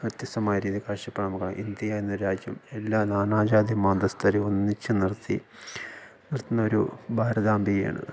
വ്യത്യസ്ഥമായ രീതിയും കാഴ്ച്ചപ്പാടും നോക്കുകയാണെങ്കിൽ ഇന്ത്യ എന്ന രാജ്യം എല്ലാ നാനാജാതി മതസ്ഥരേയും ഒന്നിച്ചു നിർത്തി നിർത്തുന്നൊരു ഭാരതാംബയാണ്